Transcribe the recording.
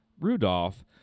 rudolph